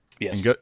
yes